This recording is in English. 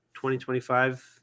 2025